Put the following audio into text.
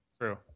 true